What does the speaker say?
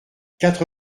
quatre